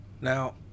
Now